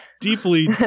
deeply